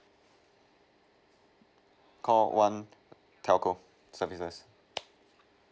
call one telco services